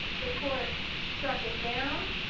the court struck it down,